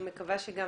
אני מקווה שגם